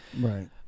right